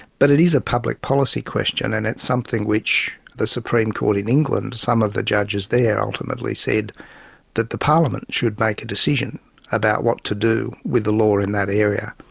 but it is a public policy question and it's something which the supreme court in england, some of the judges there ultimately said that the parliament should make a decision about what to do with the law in that area,